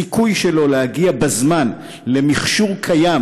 הסיכוי שלו להגיע בזמן למכשור קיים